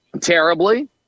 Terribly